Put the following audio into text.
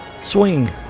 Swing